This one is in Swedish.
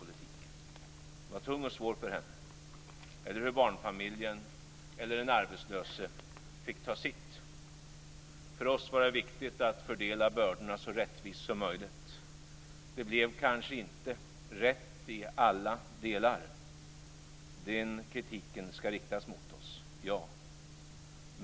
Den var tung och svår för henne. Barnfamiljen eller den arbetslöse fick också ta sitt. För oss var det viktigt att fördela bördorna så rättvist som möjligt. Det blev kanske inte rätt i alla delar. Den kritiken skall riktas mot oss - ja.